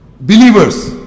believers